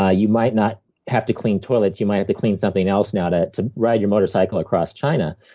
ah you might not have to clean toilets, you might have to clean something else now to to ride your motorcycle across china.